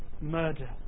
murder